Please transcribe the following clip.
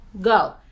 go